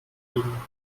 ging